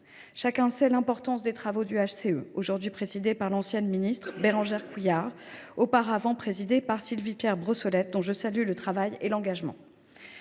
Chacun sait l’importance des travaux du HCE, aujourd’hui présidé par l’ancienne ministre Bérangère Couillard, qui a remplacé à ce poste Sylvie Pierre Brossolette, dont je salue le travail et l’engagement.